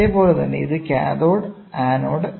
അതേപോലെ തന്നെ ഇത് കാഥോഡ് ആനോഡ്